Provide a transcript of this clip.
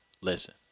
Listen